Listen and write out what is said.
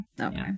Okay